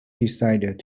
decided